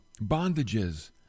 bondages